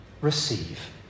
receive